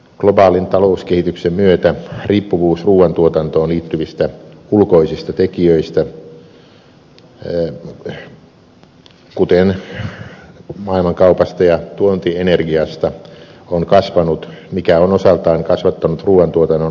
globaalin talouskehityksen myötä riippuvuus ruuantuotantoon liittyvistä ulkoisista tekijöistä kuten maailmankaupasta ja tuontienergiasta on kasvanut mikä on osaltaan kasvattanut ruuantuotannon omavaraisuuden merkitystä